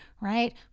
right